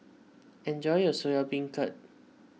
enjoy your Soya Beancurd